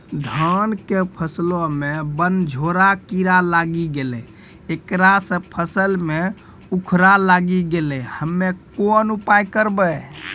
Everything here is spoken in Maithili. धान के फसलो मे बनझोरा कीड़ा लागी गैलै ऐकरा से फसल मे उखरा लागी गैलै हम्मे कोन उपाय करबै?